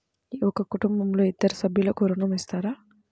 ఒక కుటుంబంలో ఇద్దరు సభ్యులకు ఋణం ఇస్తారా?